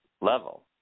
level